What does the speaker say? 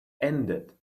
ended